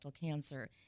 cancer